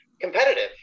competitive